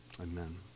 Amen